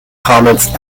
comets